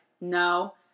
no